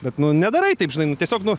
bet nu nedarai taip žinai nu tiesiog nu